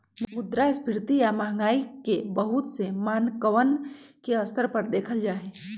मुद्रास्फीती या महंगाई के बहुत से मानकवन के स्तर पर देखल जाहई